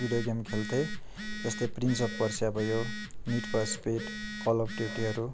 video game खेल्थेँ जस्तै Prince of Persia भयो Need for Speed Call of ड्युटीहरू